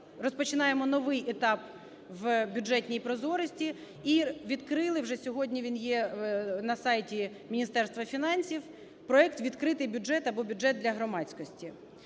розпочинаємо новий етап у бюджетній прозорості, і відкрили, вже сьогодні він є на сайті Міністерства фінансів, проект "Відкритий бюджет", або бюджет для громадськості.